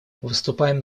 выступаем